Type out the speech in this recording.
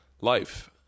life